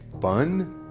fun